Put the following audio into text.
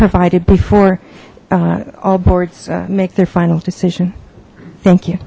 provided before all boards make their final decision thank you